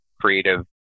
creative